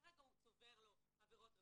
כרגע הוא צובר לו עבירות רכוש,